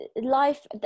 life